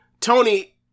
Tony